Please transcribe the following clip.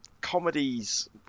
comedies